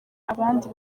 abandi